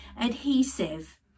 adhesive